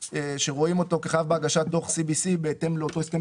שרואים אותו כחייב בהגשת דוח CBC בהתאם לאותו הסכם